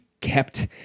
kept